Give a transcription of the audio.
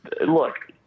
Look